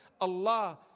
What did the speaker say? allah